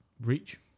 Reach